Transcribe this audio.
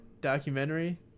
documentary